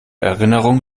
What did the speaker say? erinnerungen